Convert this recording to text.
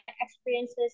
experiences